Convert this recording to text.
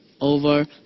over